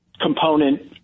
component